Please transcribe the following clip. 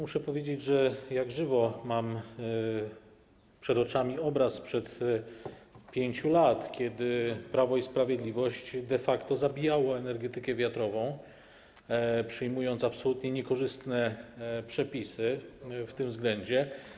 Muszę powiedzieć, że jak żywo mam przed oczami obraz sprzed 5 lat, kiedy Prawo i Sprawiedliwość de facto zabijało energetykę wiatrową, przyjmując absolutnie niekorzystne przepisy w tym względzie.